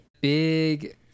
big